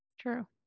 True